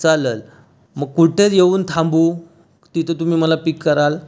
चालंल मग कुठं येऊन थांबू तिथं तुम्ही मला पिक कराल